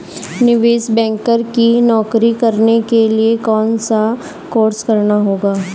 निवेश बैंकर की नौकरी करने के लिए कौनसा कोर्स करना होगा?